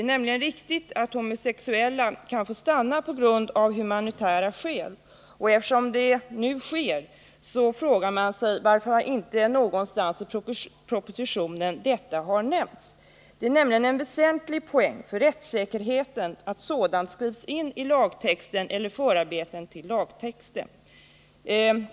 Det är ju riktigt att homosexuella kan få stanna av humanitära skäl. Eftersom detta nu sker så frågar man sig varför det inte har nämnts i propositionen. Det är nämligen en väsentlig poäng för rättssäkerheten att sådant skrivs in i lagtexten eller i förarbetena till lagtexten.